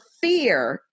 fear